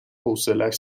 حوصلش